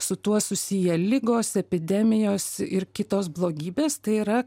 su tuo susiję ligos epidemijos ir kitos blogybės tai yra